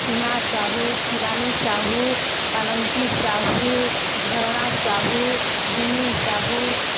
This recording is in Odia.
ସୀମା ସାହୁ ଶିବାନୀ ସାହୁ ପାଲଙ୍କି ସାହୁ ଝରଣା ସାହୁ ବିନି ସାହୁ